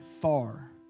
far